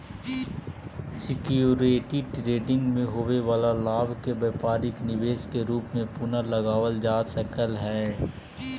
security trading में होवे वाला लाभ के व्यापारिक निवेश के रूप में पुनः लगावल जा सकऽ हई